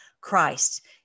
Christ